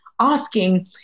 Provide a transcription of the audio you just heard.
asking